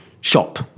shop